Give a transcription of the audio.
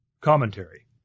Commentary